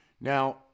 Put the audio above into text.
Now